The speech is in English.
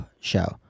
show